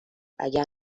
اگر